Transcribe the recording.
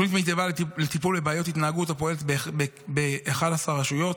תוכנית מטיב"ה לטיפול בבעיות התנהגות פועלת ב-11 רשויות.